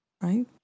right